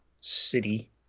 city